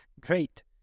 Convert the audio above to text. great